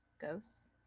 ghosts